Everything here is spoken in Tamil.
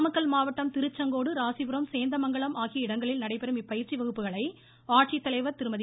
நாமக்கல் மாவட்டம் திருச்செங்கோடு ராசிபுரம் சேந்தமங்கலம் ஆகிய இடங்களில் நடைபெறும் இப்பயிற்சி வகுப்புகளை ஆட்சித்தலைவர் திருமதி